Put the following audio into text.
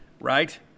Right